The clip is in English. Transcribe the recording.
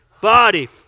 body